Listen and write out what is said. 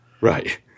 Right